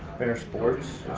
vaynersports.